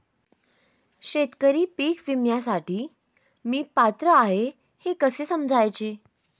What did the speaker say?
शेतकरी पीक विम्यासाठी मी पात्र आहे हे कसे समजायचे?